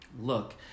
look